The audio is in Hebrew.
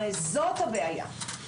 הרי זאת הבעיה,